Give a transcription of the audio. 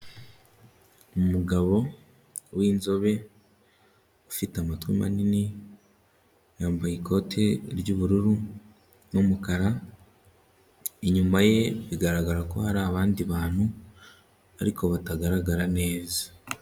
Umugabo winzobe ufite amatwi manini yambaye ikoti ry'ubururu n'umukara, inyuma ye bigaragara ko hari abandi bantu ariko batagaragara neza.